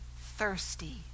thirsty